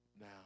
Now